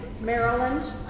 Maryland